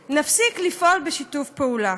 ואנחנו נפסיק לפעול בשיתוף פעולה.